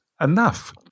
enough